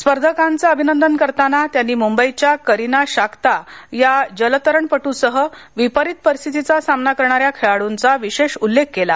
स्पर्धकांचे अभिनंदन करताना त्यांनी मुंबईच्या करिना शांका या जलतरणपटूसह विपरित परिस्थितीचा सामना करणाऱ्या खेळाडूंचा विशेष उल्लेख केला